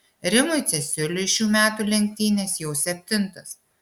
rimui cesiuliui šių metų lenktynės jau septintos